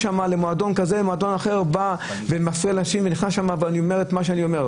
למועדון כזה או אחר ומפריע לאנשים ואומר את מה שאני אומר.